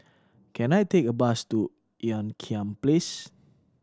can I take a bus to Ean Kiam Place